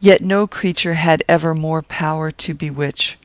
yet no creature had ever more power to bewitch.